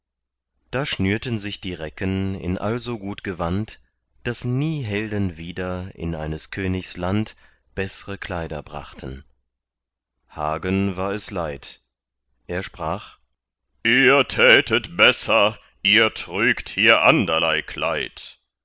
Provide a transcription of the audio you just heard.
da schnürten sich die recken in also gut gewand daß nie helden wieder in eines königs land bessre kleider brachten hagen war es leid er sprach ihr tätet besser ihr trügt hier anderlei